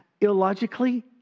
illogically